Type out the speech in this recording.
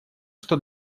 что